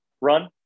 run